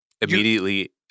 Immediately